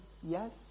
Yes